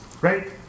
Right